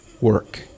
work